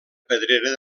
pedrera